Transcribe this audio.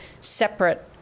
separate